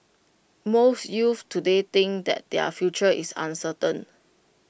most youths today think that their future is uncertain